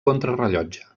contrarellotge